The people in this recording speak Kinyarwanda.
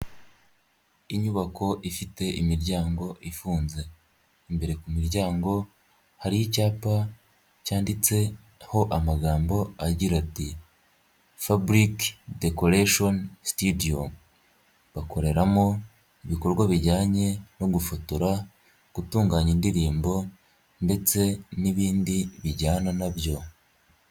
Inyubako ifite imiryango ifunze, imbere ku miryango hari icyapa cyanditseho amagambo agira ati faburike dekoreshoni sitidiyo, bakoreramo ibikorwa bijyanye no gufotora, gutunganya indirimbo ndetse n'ibindi bijyana nabyo.